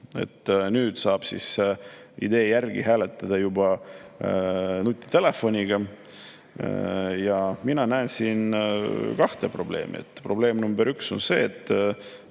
Nüüd saab idee järgi hääletada juba nutitelefoniga. Mina näen siin kahte probleemi. Probleem number üks on see, et